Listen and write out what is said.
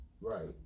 Right